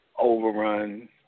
overrun